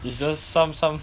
it's just some some